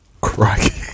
Crikey